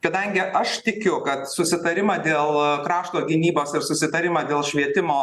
kadangi aš tikiu kad susitarimą dėl krašto gynybos ir susitarimą dėl švietimo